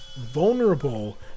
vulnerable